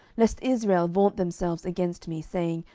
lest israel vaunt themselves against me, saying,